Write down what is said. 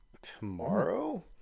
tomorrow